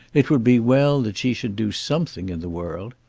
it would be well that she should do something in the world.